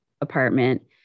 apartment